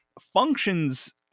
functions